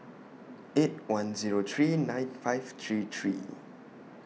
eight one Zero three nine five three three